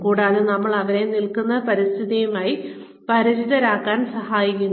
കൂടാതെ നമ്മൾ അവരെ അവർ നിൽക്കുന്ന പരിസ്ഥിതിയുമായി പരിചിതരാകാൻ സഹായിക്കുന്നു